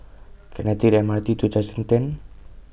Can I Take The M R T to Junction ten